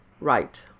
Right